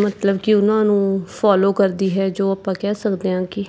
ਮਤਲਬ ਕਿ ਉਹਨਾਂ ਨੂੰ ਫੋਲੋ ਕਰਦੀ ਹੈ ਜੋ ਆਪਾਂ ਕਹਿ ਸਕਦੇ ਹਾਂ ਕਿ